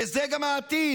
וזה גם העתיד.